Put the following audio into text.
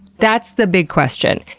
that's the big question.